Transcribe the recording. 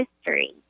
history